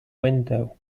window